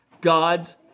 God's